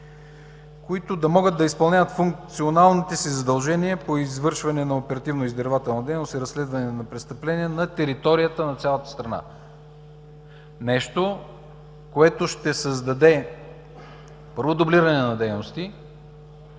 които да могат да изпълняват функционалните си задължения по извършване на оперативно-издирвателна дейност и разследване на престъпления на територията на цялата страна – нещо, което ще създаде, първо, дублиране на дейности